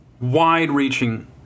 Wide-reaching